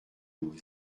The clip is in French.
douze